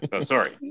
Sorry